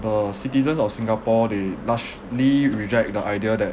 the citizens of singapore they largely reject the idea that